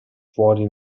fuori